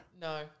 No